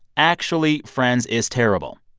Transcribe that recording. actually, friends is terrible.